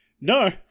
No